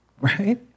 Right